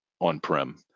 on-prem